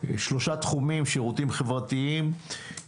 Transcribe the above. שלושה תחומים: שירותים חברתיים,